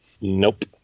Nope